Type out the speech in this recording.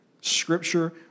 Scripture